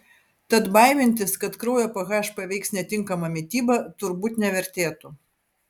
tad baimintis kad kraujo ph paveiks netinkama mityba turbūt nevertėtų